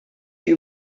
die